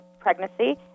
Pregnancy